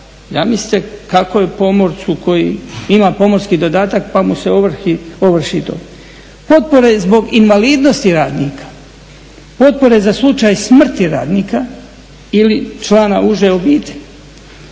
zamislite kako je pomorcu koji ima pomorski dodatak pa mu se ovrši i to. Potpore zbog invalidnosti radnika, potpore za slučaj smrti radnika ili člana uže obitelji,